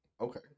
Okay